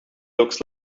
looks